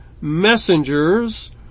messengers